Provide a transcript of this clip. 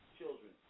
children